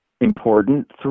important